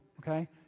okay